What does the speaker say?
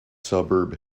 suburb